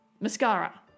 Mascara